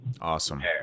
Awesome